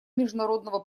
международного